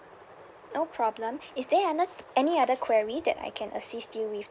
no problem is there any any other query that I can assist you with